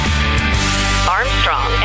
Armstrong